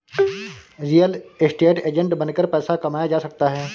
real estate agent बनकर पैसा कमाया जा सकता है